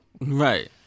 Right